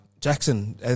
Jackson